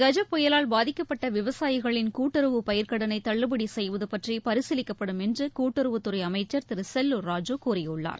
கஜா புயலால் பாதிக்கப்பட்ட விவசாயிகளின் கூட்டுறவு பயிர்க்கடனை தள்ளுபடி செய்வது பற்றி பரிசீலிக்கப்படும் என்று கூட்டுறவுத்துறை அமைச்சர் திரு செல்லூர் ராஜு கூறியுள்ளார்